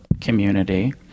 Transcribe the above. community